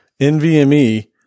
NVMe